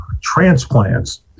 Transplants